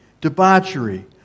debauchery